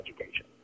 education